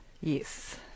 Yes